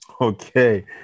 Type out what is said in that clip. okay